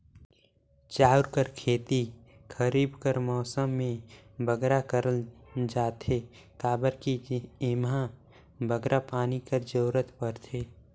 चाँउर कर खेती खरीब कर मउसम में बगरा करल जाथे काबर कि एम्हां बगरा पानी कर जरूरत परथे